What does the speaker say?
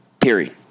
Period